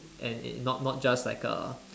and it not not just like a